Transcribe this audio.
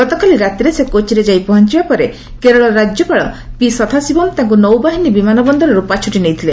ଗତକାଲି ରାତିରେ ସେ କୋଚିରେ ଯାଇ ପହଞ୍ଚିବା ପରେ କେରଳ ରାଜ୍ୟପାଳ ପି ସଦାଶିବମ୍ ତାଙ୍କୁ ନୌବାହିନୀ ବନ୍ଦରରୁ ପାଛୋଟି ନେଇଥିଲେ